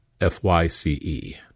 F-Y-C-E